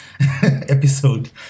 episode